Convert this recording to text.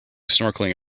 snorkeling